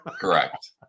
Correct